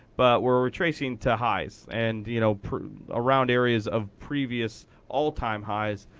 but we're retracing to highs. and you know around areas of previous all-time highs,